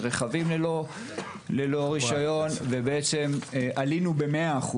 רכבים ללא רישיון ובעצם עלינו ב- 100%,